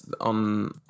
on